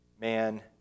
man